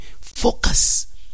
focus